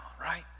right